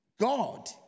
God